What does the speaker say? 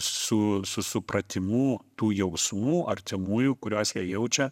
su su supratimu tų jausmų artimųjų kuriuos jie jaučia